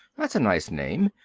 that's a nice name.